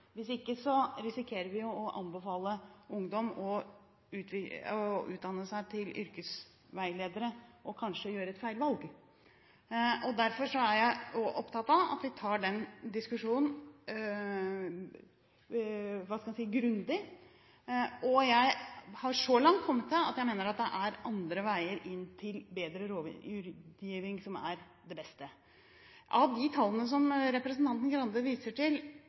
Hvis ikke risikerer vi å anbefale ungdom å utdanne seg til yrkesveiledere, og kanskje gjøre et feilvalg. Derfor er jeg opptatt av at vi tar den diskusjonen grundig. Jeg har så langt kommet til at jeg mener at det er andre veier til bedre rådgiving som er det beste. Av de tallene som representanten Skei Grande viser til,